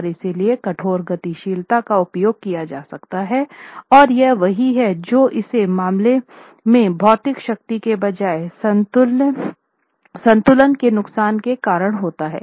और इसलिए कठोर गतिशीलता का उपयोग किया जा सकता है और यह वही है जो ऐसे मामलों से भौतिक शक्ति के बजाय संतुलन के नुकसान के कारण होता है